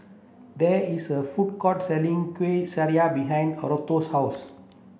there is a food court selling Kueh Syara behind Arturo's house